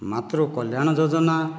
ମାତୃ କଲ୍ୟାଣ ଯୋଜନା